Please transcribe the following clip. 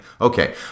Okay